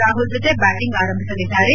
ರಾಹುಲ್ ಜೊತೆ ಬ್ಯಾಟಿಂಗ್ ಆರಂಭಿಸಲಿದ್ದಾರೆ